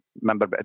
Member